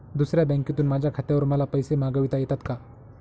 दुसऱ्या बँकेतून माझ्या खात्यावर मला पैसे मागविता येतात का?